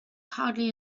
hardly